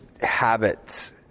habits